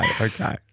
okay